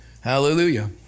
Hallelujah